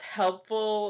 helpful